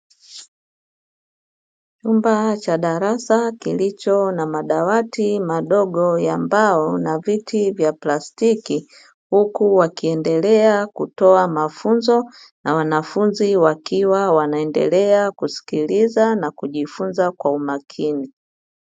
Chumba cha darasa kilicho na madawati madogo ya mbao na viti vya plastiki, huku wakiendelea kutoa mafunzo na wanafunzi wakiwa wanaendelea kusikiliza na kujifunza kwa umakini.